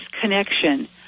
connection